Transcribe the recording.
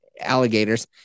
alligators